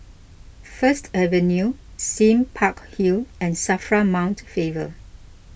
First Avenue Sime Park Hill and Safra Mount Faber